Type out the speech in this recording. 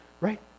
right